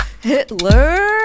Hitler